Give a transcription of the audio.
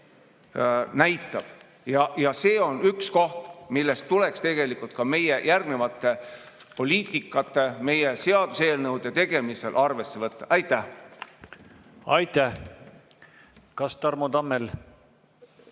näitab ja see on üks koht, mida tuleks ka meie järgmiste poliitikate ja seaduseelnõude tegemisel arvesse võtta. Aitäh! Aitäh! Kas Tarmo Tammel